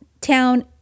town